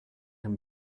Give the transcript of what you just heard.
him